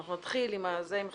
אם נתחיל עם החדרים,